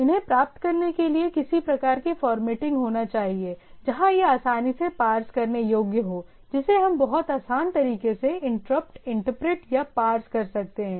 इन्हें प्राप्त करने के लिए किसी प्रकार का फॉर्मेटिंग होना चाहिए जहां यह आसानी से पार्स करने योग्य हो जिसे हम बहुत आसान तरीके से इंटरपट इंटरप्रेट या पार्स कर सकते हैं